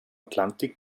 atlantik